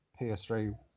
PS3